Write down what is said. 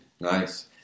Nice